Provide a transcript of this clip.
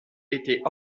était